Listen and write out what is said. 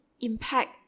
impact